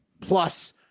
plus